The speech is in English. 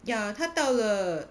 ya 他到了